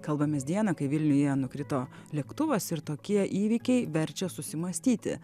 kalbamės dieną kai vilniuje nukrito lėktuvas ir tokie įvykiai verčia susimąstyti